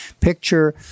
picture